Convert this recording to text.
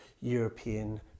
european